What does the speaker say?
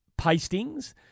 pastings